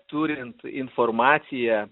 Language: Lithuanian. turint informaciją